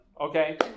okay